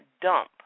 dump